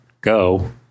go